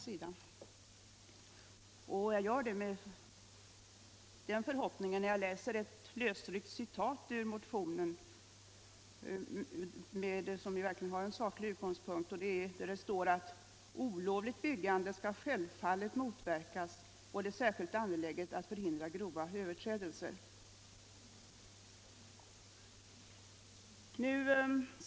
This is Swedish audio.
Jag styrks i den förhoppningen när jag läser ett lösryckt citat ur motionen, som ju verkligen har en saklig utgångspunkt. Där står bl.a. att olovligt byggande självfallet skall motverkas och att det är särskilt angeläget att förhindra grova överträdelser.